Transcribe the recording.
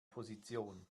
position